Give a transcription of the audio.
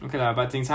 ya lor